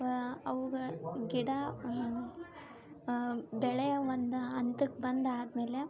ವ ಅವುಗ ಗಿಡ ಬೆಳೆ ಒಂದು ಹಂತಕ್ಕೆ ಬಂದಾದ ಮೇಲೆ